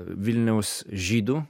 vilniaus žydų